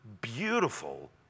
beautiful